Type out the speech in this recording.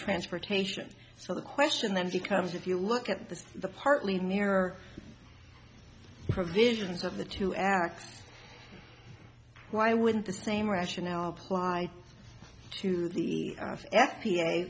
transportation so the question then becomes if you look at the the partly mirror provisions of the two acts why wouldn't the same rationale apply to the